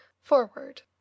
Forward